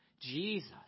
Jesus